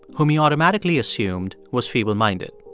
whom he automatically assumed was feebleminded.